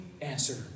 answer